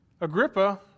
Agrippa